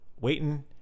waiting